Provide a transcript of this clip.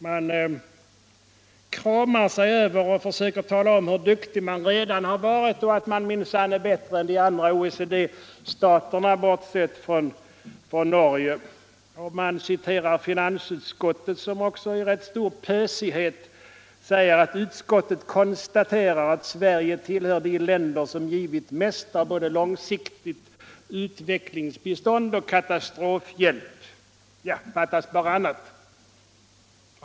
Man kråmar sig och försöker tala om hur duktig man redan har varit och att Sverige minsann är bättre än de andra OECD-staterna, bortsett från Norge. Man citerar finansutskottet, som i rätt stor pösighet skriver: ”Utskottet konstaterar att Sverige tillhör de länder som givit mest av både långsiktigt utvecklingsbistånd och katastrofhjälp.” Fattas bara annat!